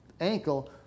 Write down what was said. ankle